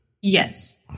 Yes